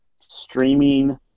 streaming